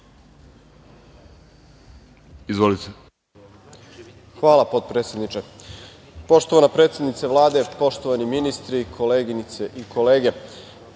izvolite.